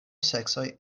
seksoj